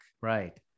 Right